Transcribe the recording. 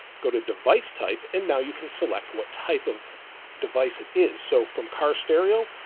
go to device type, and now you can select what type of device it is. so from car stereo,